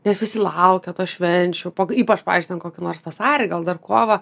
nes visi laukia to švenčių po ypač pavyzdžiui ten kokį nors vasarį gal dar kovą